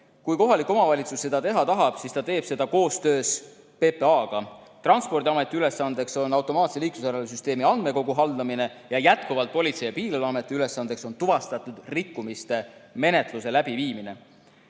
Kui kohalik omavalitsus seda teha tahab, siis ta teeb seda koostöös PPA-ga. Transpordiameti ülesandeks on automaatse liiklusjärelevalvesüsteemi andmekogu haldamine ja jätkuvalt on Politsei- ja Piirivalveameti ülesandeks tuvastatud rikkumiste menetluste läbiviimine.